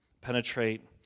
penetrate